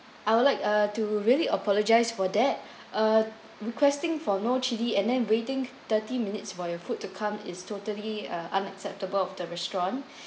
I would uh like to really apologise for that uh requesting for no chili and then waiting thirty minutes for your food to come is totally uh unacceptable of the restaurant